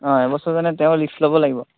অঁ এবছৰৰ কাৰণে তেওঁ ৰিষ্ট ল'ব লাগিব